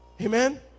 Amen